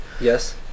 Yes